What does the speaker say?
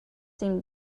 seem